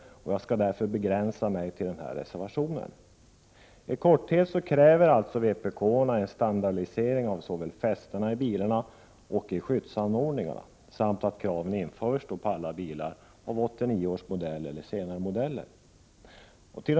Jag skall därför begränsa mig till denna reservation. I korthet kräver vpk en standardisering av såväl fästena i bilarna som skyddsanordningarna samt att krav införs på att alla bilar av 1989 års modell och senare års modeller skall vara försedda med fästen för fastsättning av de särskilda skyddsanordningarna för barn.